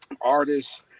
artists